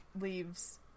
leaves